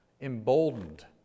emboldened